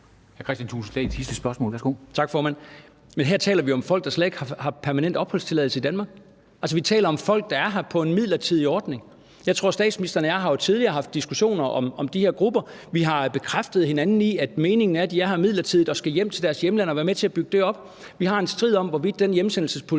her taler vi jo om folk, der slet ikke har permanent opholdstilladelse i Danmark. Altså, vi taler om folk, der er her på en midlertidig ordning. Statsministeren og jeg har jo tidligere haft diskussioner om de her grupper, og vi har bekræftet hinanden i, at meningen er, at de er her midlertidigt og skal hjem til deres hjemland og være med til at bygge det op. Vi har en strid om, hvorvidt den hjemsendelsespolitik